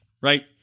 right